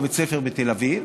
בבית ספר בתל אביב.